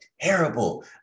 terrible